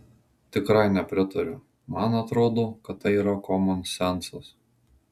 tikrai nepritariu man atrodo kad tai yra komonsencas